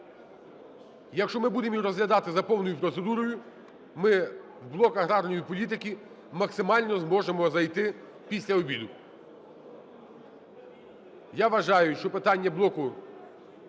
Якщо ми будемо їх розглядати за повною процедурою, ми в блок аграрної політики максимально зможемо зайти після обіду. Я вважаю, що питання блоку